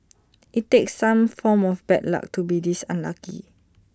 IT takes some form of bad luck to be this unlucky